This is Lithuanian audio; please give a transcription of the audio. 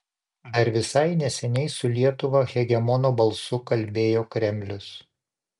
dar visai neseniai su lietuva hegemono balsu kalbėjo kremlius